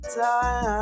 time